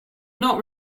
not